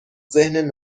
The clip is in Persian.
ذهن